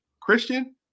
Christian